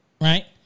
Right